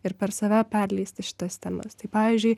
ir per save perleisti šitas temas tai pavyzdžiui